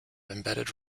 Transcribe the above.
embedded